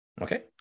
Okay